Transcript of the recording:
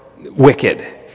wicked